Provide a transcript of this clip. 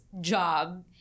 job